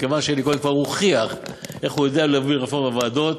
מכיוון שאלי כהן כבר הוכיח שהוא יודע להוביל רפורמה בוועדות,